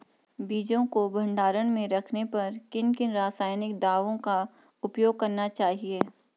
बीजों को भंडारण में रखने पर किन किन रासायनिक दावों का उपयोग करना चाहिए?